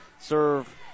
Serve